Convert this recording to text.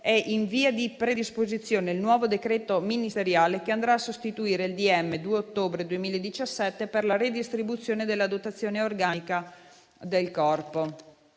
è in via di predisposizione il nuovo decreto ministeriale, che andrà a sostituire il decreto ministeriale 2 ottobre 2017, per la redistribuzione della dotazione organica del Corpo.